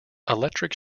electric